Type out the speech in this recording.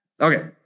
Okay